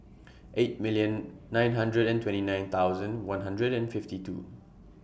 eight million nine hundred and twenty nine thousand one hundred and fifty two